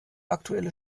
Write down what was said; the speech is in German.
aktuelle